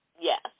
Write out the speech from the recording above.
Yes